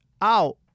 out